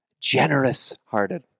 generous-hearted